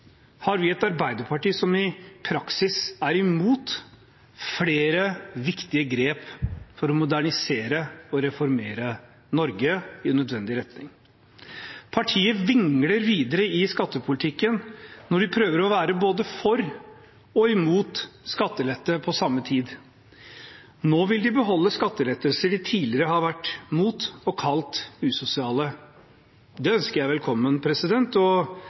har vi et arbeiderparti som i praksis er imot flere viktige grep for å modernisere og reformere Norge i nødvendig retning. Partiet vingler videre i skattepolitikken når de prøver å være både for og mot skattelette på samme tid. Nå vil de beholde skattelettelser de tidligere har vært mot og kalt usosiale. Det ønsker jeg velkommen, og